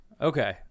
Okay